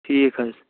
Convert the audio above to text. ٹھیٖک حظ